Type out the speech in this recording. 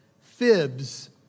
fibs